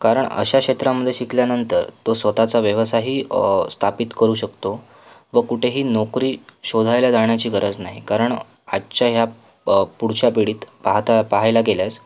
कारण अशा क्षेत्रांमध्ये शिकल्यानंतर तो स्वतःचा व्यवसायही स्थापित करू शकतो व कुठेही नोकरी शोधायला जाण्याची गरज नाही कारण आजच्या ह्या प पुढच्या पिढीत पाहता पाहायला गेल्यास